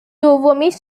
دومیش